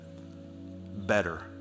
better